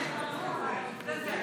בסדר.